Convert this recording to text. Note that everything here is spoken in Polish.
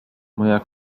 moja